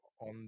on